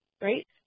right